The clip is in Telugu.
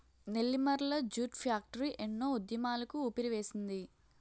నెల్లిమర్ల జూట్ ఫ్యాక్టరీ ఎన్నో ఉద్యమాలకు ఊపిరివేసింది